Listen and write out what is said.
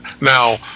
Now